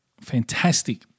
fantastic